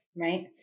right